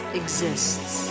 exists